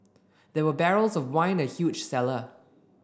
there were barrels of wine in huge cellar